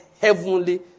heavenly